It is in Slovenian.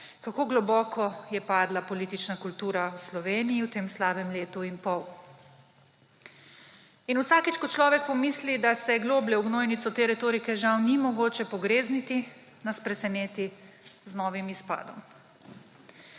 kako globoko je padla politična kultura v Sloveniji v tem slabem letu in pol. In vsakič, ko človek pomisli, da se globlje v gnojnico te retorike, žal, ni mogoče pogrezniti, nas preseneti z novim izpadom.